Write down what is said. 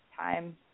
time